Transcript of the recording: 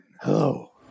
Hello